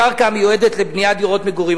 לקרקע המיועדת לבניית דירות מגורים.